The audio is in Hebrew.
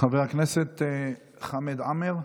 חבר הכנסת חמד עַמֶאר.